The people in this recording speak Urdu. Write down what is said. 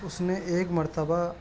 اس نے ایک مرتبہ